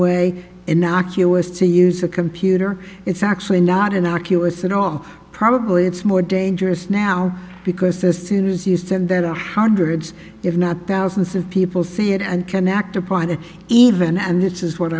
way innocuous to use a computer it's actually not innocuous at all probably it's more dangerous now because this is as you said that a hundreds if not thousands of people see it and can act upon that even and this is what